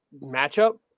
matchup